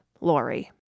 Lori